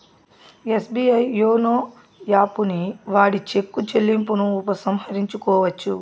SBI YONO యాపుని వాడి cheque చెల్లింపును ఉపసంహరించుకోవచ్చు